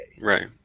right